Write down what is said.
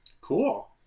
Cool